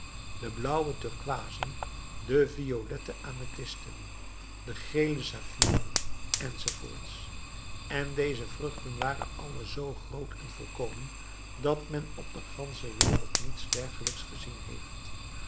de blauwe turkooizen de violette amethysten de gele saffieren enz en deze vruchten waren alle zoo groot en volkomen dat men op de gansche wereld niets dergelijks gezien heeft